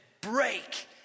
break